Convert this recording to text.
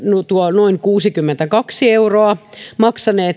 noin kuusikymmentäkaksi euroa maksaneet